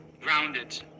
grounded